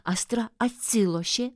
astra atsilošė